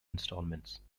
installments